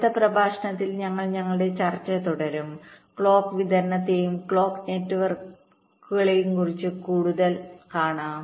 അടുത്ത പ്രഭാഷണത്തിൽ ഞങ്ങൾ ഞങ്ങളുടെ ചർച്ച തുടരും ക്ലോക്ക് വിതരണത്തെയും ക്ലോക്ക് നെറ്റ്വർക്കുകളെയും കുറിച്ച് കൂടുതൽ കാണാം